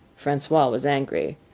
francois was angry.